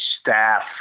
staff